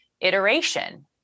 iteration